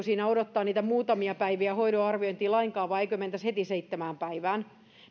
siinä odottaa niitä muutamia päiviä hoidon arviointiin lainkaan vai eikö mentäisi heti seitsemään päivään